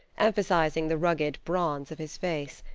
emphasizing the rugged bronze of his face.